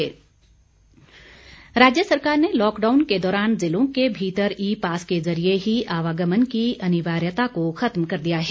मुख्यमंत्री राज्य सरकार ने लॉकडाउन के दौरान ज़िलों के भीतर ई पास के ज़रिए ही आवागमन की अनिवार्यता को खत्म कर दिया है